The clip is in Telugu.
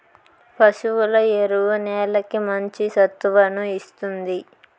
పశువుల ఎరువు నేలకి మంచి సత్తువను ఇస్తుంది